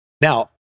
Now